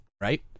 right